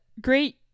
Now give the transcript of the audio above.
great